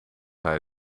hij